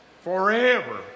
Forever